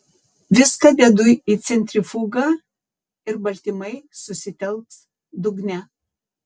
viską dedu į centrifugą ir baltymai susitelks dugne